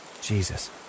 Jesus